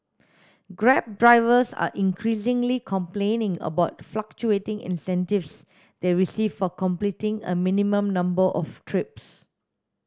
grab drivers are increasingly complaining about fluctuating incentives they receive for completing a minimum number of trips